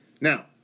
Now